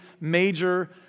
major